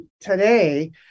today